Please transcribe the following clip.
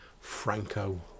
Franco